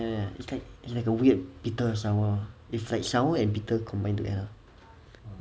ya it's like it's like a weird bitter sour it's like sour and bitter combined together